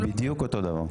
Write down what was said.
הוא לא --- בדיוק אותו דבר.